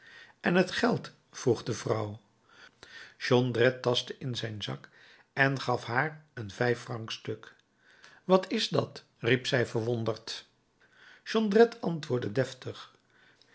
en het geld vroeg de vrouw jondrette tastte in zijn zak en gaf haar een vijffrancstuk wat is dat riep zij verwonderd jondrette antwoordde deftig